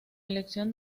elección